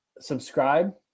subscribe